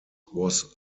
was